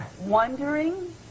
wondering